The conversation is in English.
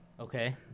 Okay